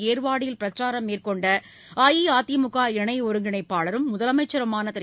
ஏர்வாடியில் பிரச்சாரம் மேற்கொண்டஅஇஅதிமுக இணை ஒருங்கிணைப்பாளரும் முதலமைச்சருமான திரு